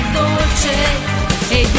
dolce